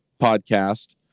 podcast